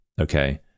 Okay